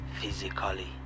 physically